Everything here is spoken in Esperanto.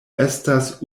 estas